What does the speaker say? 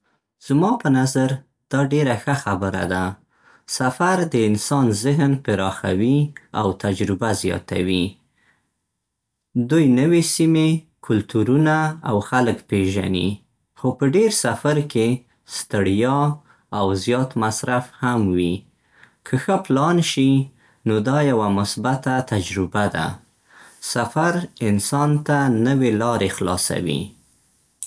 زما په نظر دا ډېره ښه خبره ده. سفر د انسان ذهن پراخوي او تجربه زیاتوي. دوی نوې سیمې، کلتورونه او خلک پېژني. خو په ډېر سفر کې ستړیا او زيات مصرف هم وي. که ښه پلان شي، نو دا یوه مثبته تجربه ده. سفر انسان ته نوې لارې خلاصوي.